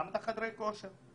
גם את חדרי הכושר,